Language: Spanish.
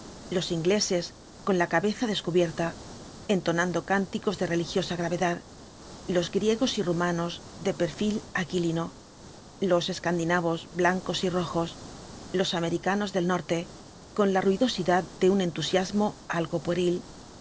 los ingleses con la cabeza descubierta entonando cánticos de religiosa gravedad los griegos y rumanos de perfil aquilino los escandinavos blancos y rojos los americanos del norte con la ruidosidad de un entusiasmo algo pueril